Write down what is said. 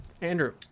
Andrew